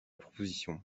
proposition